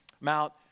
Mount